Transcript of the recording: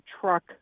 truck